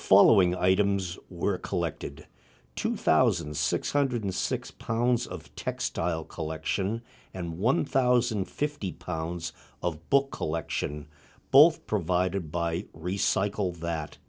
following items were collected two thousand six hundred six pounds of textile collection and one thousand and fifty pounds of book collection both provided by recycled that